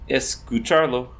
escucharlo